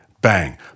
bang